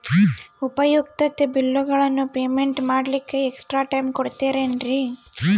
ಉಪಯುಕ್ತತೆ ಬಿಲ್ಲುಗಳ ಪೇಮೆಂಟ್ ಮಾಡ್ಲಿಕ್ಕೆ ಎಕ್ಸ್ಟ್ರಾ ಟೈಮ್ ಕೊಡ್ತೇರಾ ಏನ್ರಿ?